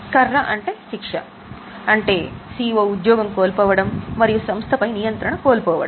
కర్ర అంటే ఉద్యోగం కోల్పోవడం మరియు సంస్థపై నియంత్రణ కోల్పోవడం